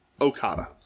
okada